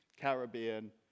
Caribbean